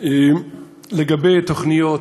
לגבי תוכניות,